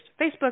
Facebook